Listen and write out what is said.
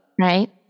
right